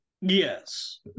Yes